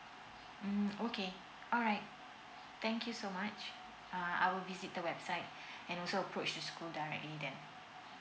mm okay alright thank you so much uh I will visit the website and also approach the school directly there